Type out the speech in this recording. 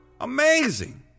amazing